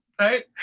right